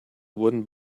wooden